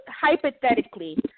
hypothetically